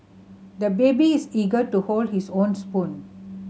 the baby is eager to hold his own spoon